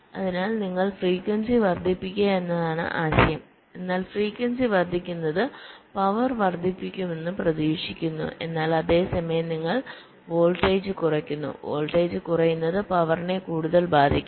അതിനാൽ നിങ്ങൾ ഫ്രീക്വൻസി വർദ്ധിപ്പിക്കുക എന്നതാണ് ആശയം എന്നാൽ ഫ്രീക്വൻസി വർദ്ധിക്കുന്നത് പവർ വർദ്ധിപ്പിക്കുമെന്ന് പ്രതീക്ഷിക്കുന്നു എന്നാൽ അതേ സമയം നിങ്ങൾ വോൾട്ടേജ് കുറയ്ക്കുന്നു വോൾട്ടേജ് കുറയുന്നത് പവറിനെ കൂടുതൽ ബാധിക്കും